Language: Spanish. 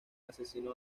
asesino